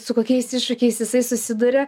su kokiais iššūkiais jisai susiduria